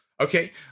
Okay